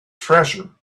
treasure